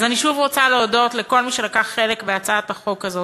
אז אני שוב רוצה להודות לכל מי שלקח חלק בהצעת החוק הזאת,